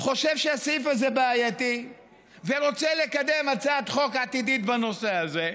חושב שהסעיף הזה בעייתי ורוצה לקדם הצעת חוק עתידית בנושא הזה,